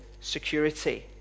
security